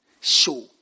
show